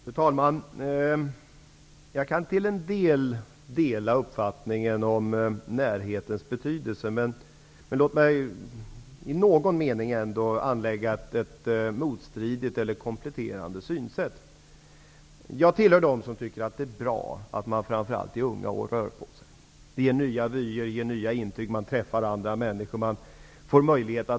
Fru talman! Jag kan till en del dela uppfattningen om närhetens betydelse, men låt mig i någon mening ändå anlägga ett motstridigt eller kompletterande synsätt. Jag tillhör dem som tycker att det är bra att man framför allt i unga år rör på sig. Det ger nya vyer, nya intryck och man träffar andra människor.